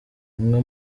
umwe